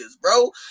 bro